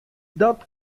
dat